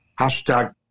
hashtag